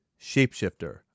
Shapeshifter